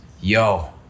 yo